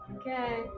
Okay